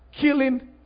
killing